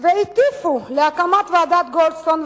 והטיפו להקמת ועדת-גולדסטון,